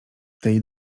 tej